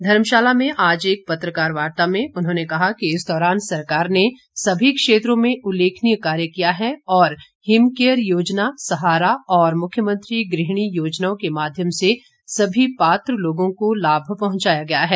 धर्मशाला में आज एक पत्रकार वार्ता में उन्होंने कहा कि इस दौरान सरकार ने सभी क्षेत्रों में उल्लेखनीय कार्य किया है और हिम केयर योजना सहारा और मुख्यमंत्री गृहिणी योजनाओं के माध्यम से सभी पात्र लोगों को लाभ पहुंचाया गया है